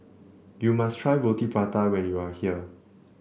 you must try Roti Prata when you are here